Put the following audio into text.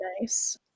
nice